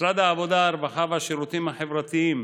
משרד העבודה, הרווחה והשירותים החברתיים